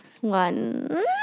One